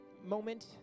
moment